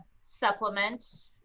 supplement